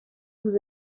vous